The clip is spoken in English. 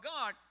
God